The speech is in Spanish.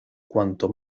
cuanto